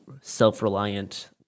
self-reliant